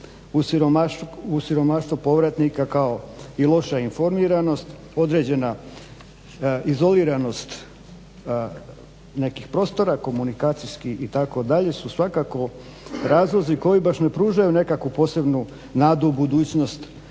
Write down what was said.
siromaštvo povratnika kao i loša informiranost određena izoliranost nekih prostora komunikacijski itd. su svakako razlozi koji baš ne pružaju nekakvu posebnu nadu u budućnost